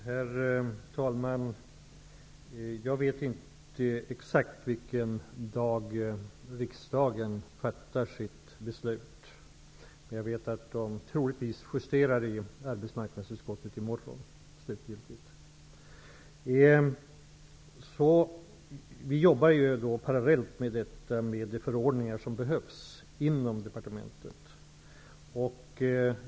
Herr talman! Jag vet inte exakt vilken dag riksdagen fattar sitt beslut. Men jag vet att arbetsmarknadsutskottet troligtvis justerar slutgiltigt i morgon. Vi jobbar parallellt inom departementet med de förordningar som behövs.